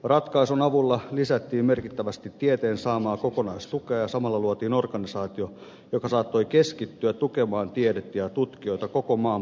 ratkaisun avulla lisättiin merkittävästi tieteen saamaa kokonaistukea ja samalla luotiin organisaatio joka saattoi keskittyä tukemaan tiedettä ja tutkijoita koko maan parhaaksi